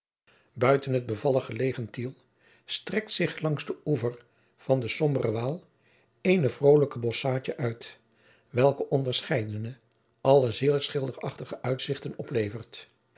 het bevallig gelegen tiel strekt zich langs den oever van den somberen waal eene vrolijk bosschaadje uit welke onderscheidene alle zeer schilderachtige uitzichten oplevert